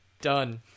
Done